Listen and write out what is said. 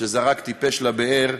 שזרק טיפש לבאר,